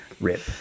Rip